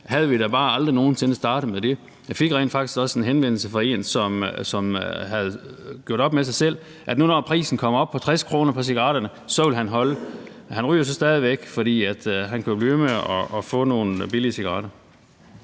Var vi da bare aldrig nogen sinde startet med det. Jeg fik rent faktisk også en henvendelse fra en, som havde gjort op med sig selv, at han nu, når prisen på cigaretterne kom op på 60 kr., så ville holde op. Men han ryger så stadig væk, fordi han jo kan blive ved med at få nogle billige cigaretter.